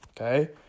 okay